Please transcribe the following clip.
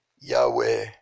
Yahweh